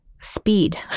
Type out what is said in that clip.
speed